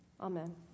Amen